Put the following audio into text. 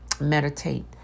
meditate